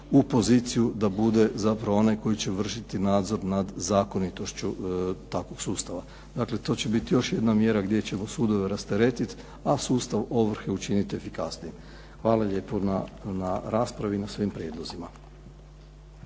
u poziciju da bude zapravo onaj koji će vršiti nadzor nad zakonitošću toga sustava. Dakle, to će biti još jedna mjera gdje ćemo sudove rasteretiti, a sustav ovrhe učiniti efikasnijim. Hvala lijepo na raspravi i na svim prijedlozima.